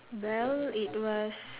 well it was